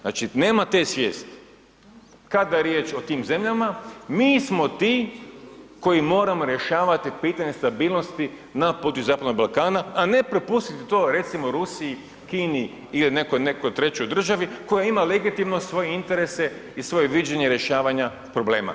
Znači nema te svijesti kada je riječ o tim zemljama mi smo ti koji moramo rješavati pitanje stabilnosti na području Zapadnog Balkana, a ne prepustiti to recimo Rusiji, Kini ili nekoj trećoj državi koja ima legitimno svoje interese i svoje viđenje rješavanja problema.